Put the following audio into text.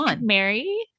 Mary